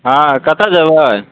हँ कतऽ जयबै